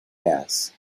pass